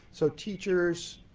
so teachers,